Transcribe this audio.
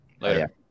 Later